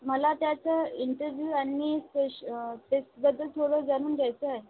मला त्याचं इंटव्ह्यू आणि स्पेश स्पेसबदल थोडं जाणून घ्यायचं हाय